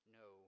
no